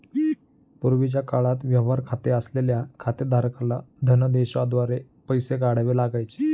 पूर्वीच्या काळात व्यवहार खाते असलेल्या खातेधारकाला धनदेशाद्वारे पैसे काढावे लागायचे